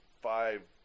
Five